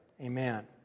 Amen